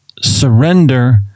surrender